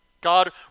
God